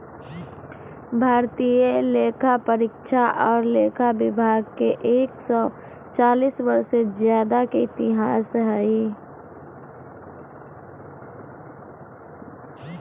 भारतीय लेखापरीक्षा और लेखा विभाग के एक सौ चालीस वर्ष से ज्यादा के इतिहास हइ